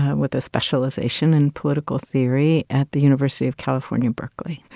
um with a specialization in political theory, at the university of california, berkeley.